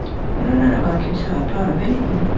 you know none of our kids are proud of anything.